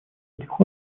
этих